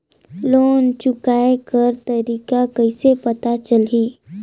Loan चुकाय कर तारीक कइसे पता चलही?